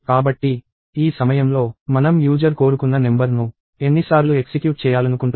కాబట్టి ఈ సమయంలో మనం యూజర్ కోరుకున్న నెంబర్ ను ఎన్నిసార్లు ఎక్సిక్యూట్ చేయాలనుకుంటున్నాము